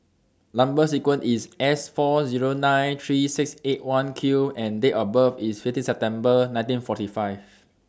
Number sequence IS S four Zero nine three six eight one Q and Date of birth IS fifteen September nineteen forty five